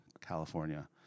California